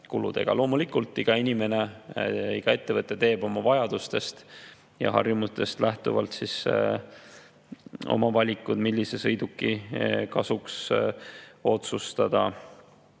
kuludega. Loomulikult teeb iga inimene ja iga ettevõte oma vajadustest ja harjumustest lähtuvalt oma valikud, millise sõiduki kasuks otsustada.